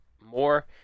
more